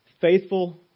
Faithful